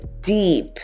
deep